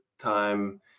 time